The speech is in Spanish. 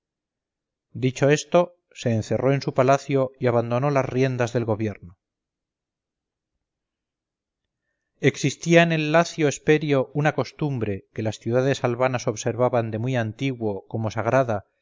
dicho esto se encerró en su palacio y abandonó las riendas del gobierno existía en el lacio hesperio una costumbre que las ciudades albanas observaban de muy antiguo como sagrada